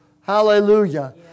Hallelujah